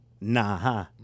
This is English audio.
nah